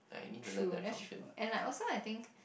true that's true and like also I think